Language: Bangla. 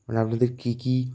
মানে আপনাদের কী কী